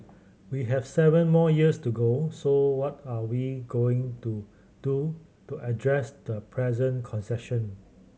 we have seven more years to go so what are we going to do to address the present concession